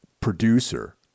producer